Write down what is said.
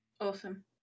Awesome